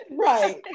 Right